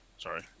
Sorry